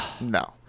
No